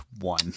one